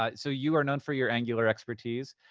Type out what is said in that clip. ah so you are known for your angular expertise.